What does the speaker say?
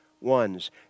ones